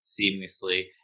seamlessly